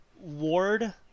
Ward